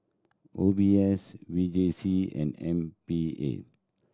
O B S V J C and M P A